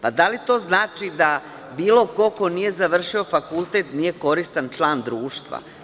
Da li to znači da bilo ko, ko nije završio fakultet, nije koristan član društva?